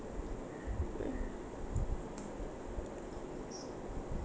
mm